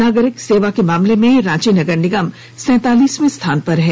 नागरिक सेवा के मामले में रांची नगर निगम सैंतालीसवें स्थान पर है